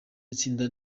itsinda